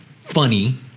funny